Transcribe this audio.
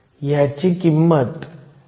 तर सर्व क्रमांक दिले आहेत